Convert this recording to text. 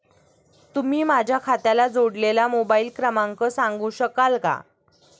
तुम्ही माझ्या खात्याला जोडलेला मोबाइल क्रमांक सांगू शकाल का?